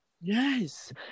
Yes